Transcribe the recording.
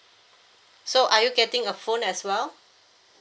so are you getting a phone as well